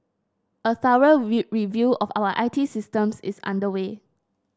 a thorough review of our I T systems is underway